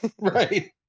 right